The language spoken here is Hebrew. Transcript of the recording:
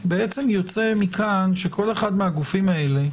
כי יוצא מכאן שכל אחד מהגופים האלה,